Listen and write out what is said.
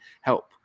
help